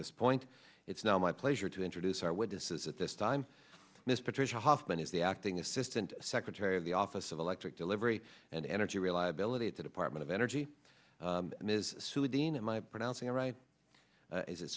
this point it's now my pleasure to introduce our witnesses at this time this patricia hoffman is the acting assistant secretary of the office of electric delivery and energy reliability of the department of energy ms sue deane am i pronouncing it right is it